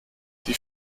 die